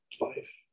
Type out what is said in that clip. life